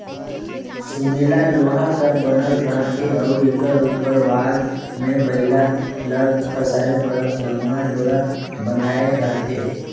सुमेला लोहा कर बनल रहथे अउ एकर उपर भाग मे बइला ल फसाए बर लम्मा डोरा बंधाए रहथे